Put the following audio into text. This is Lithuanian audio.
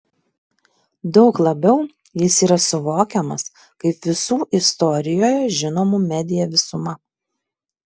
daug labiau jis yra suvokiamas kaip visų istorijoje žinomų media visuma